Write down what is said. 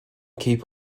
keep